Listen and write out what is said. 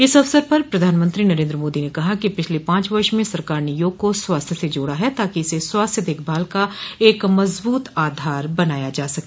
इस अवसर पर प्रधानमंत्री नरेन्द्र मोदी ने कहा कि पिछले पांच वर्ष में सरकार ने योग को स्वास्थ्य से जोड़ा है ताकि इसे स्वास्थ्य देखभाल का एक मजबूत आधार बनाया जा सके